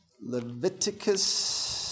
Leviticus